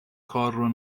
کارو